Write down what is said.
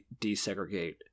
desegregate